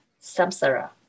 samsara